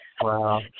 wow